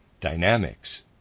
Dynamics